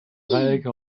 dreiecke